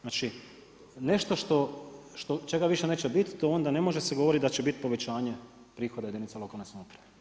Znači nešto čega više neće biti to onda ne može se govoriti da će biti povećanje prihoda jedinica lokalne samouprave.